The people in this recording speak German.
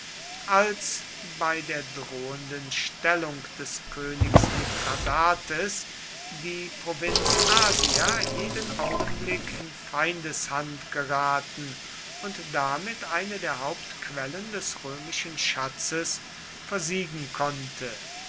als bei der drohenden stellung des königs mithradates die provinz asia jeden augenblick in feindeshand geraten und damit eine der hauptquellen des römischen schatzes versiegen konnte